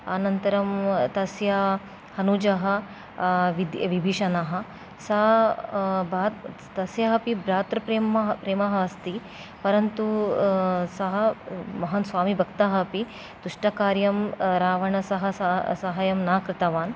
अनन्तरं तस्य अनुजः विद् विभीषणः सः तस्यापि भ्रातृप्रेमः प्रेमः अस्ति परन्तु सः माहान् स्वामिभक्तः अपि दुष्टकार्यं रावणेन सह सहायं न कृतवान्